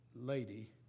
lady